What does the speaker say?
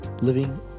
living